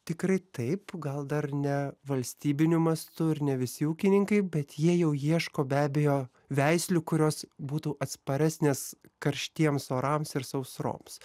tikrai taip gal dar ne valstybiniu mastu ir ne visi ūkininkai bet jie jau ieško be abejo veislių kurios būtų atsparesnės karštiems orams ir sausroms